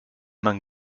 man